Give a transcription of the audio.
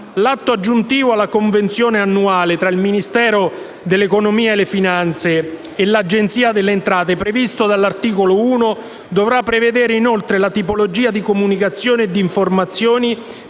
L'atto aggiuntivo alla convenzione annuale tra il Ministero dell'economia e delle finanze e l'Agenzia delle entrate, previsto dall'articolo 1, dovrà prevedere la tipologia di comunicazioni e di informazioni